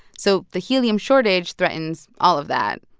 so the helium shortage threatens all of that.